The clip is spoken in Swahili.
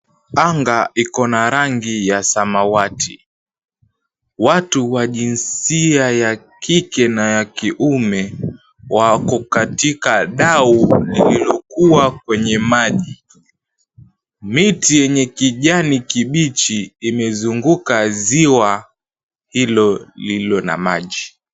Anga iko na rangi ya samawati, watu wa jinsia ya kike na ya kiume wako katika dau lililokuwa kwenye maji, miti yenye kijani kibichi imezunguka ziwa hilo lililo na maji.